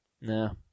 No